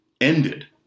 ended